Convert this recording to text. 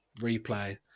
replay